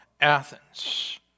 Athens